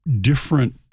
different